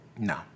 No